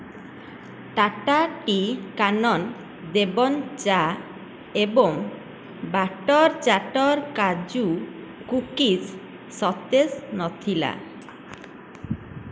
Tata tea Kanan Devan ଚାହା ଏବଂ butter chatter କାଜୁ କୁକିଜ୍ ସତେଜ ଥିଲା